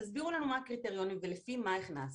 תסבירו לנו מה הקריטריונים ולפי מה הכנסתם.